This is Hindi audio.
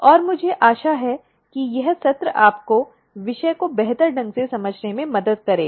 और मुझे आशा है कि यह सत्र आपको विषय को बेहतर ढंग से समझने में मदद करेगा